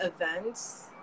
events